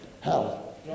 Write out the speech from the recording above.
hell